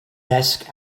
desk